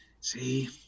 See